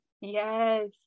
Yes